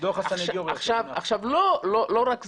לא רק זה,